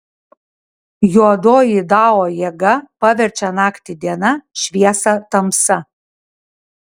juodoji dao jėga paverčia naktį diena šviesą tamsa